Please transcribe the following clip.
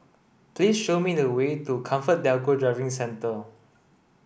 please show me the way to ComfortDelGro Driving Centre